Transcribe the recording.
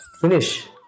finish